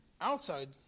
outside